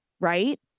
Right